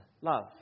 Love